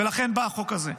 ולכן בא החוק הזה.